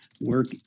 work